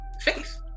faith